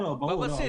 ברור.